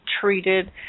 treated